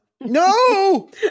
No